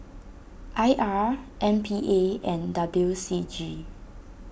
I R M P A and W C G